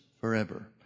forever